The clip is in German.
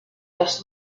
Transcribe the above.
das